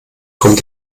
kommt